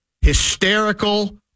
hysterical